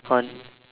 on